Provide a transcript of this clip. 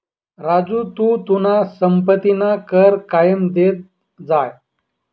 राजू तू तुना संपत्तीना कर कायम देत जाय